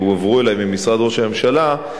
שהועברו אלי ממשרד ראש הממשלה,